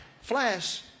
Flash